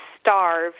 starve